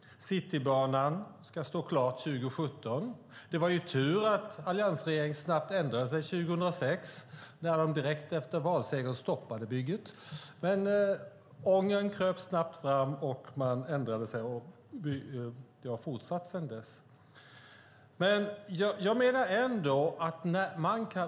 Citybanan ska stå klar 2017. Det var tur att alliansregeringen snabbt ändrade sig 2006. Direkt efter valsegern stoppade man bygget, men ångern kröp snabbt fram. Man ändrade sig, och bygget har fortsatt sedan dess.